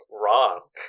wrong